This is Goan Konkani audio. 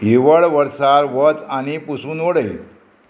हिवळ वर्सा वच आनी पुसून उडय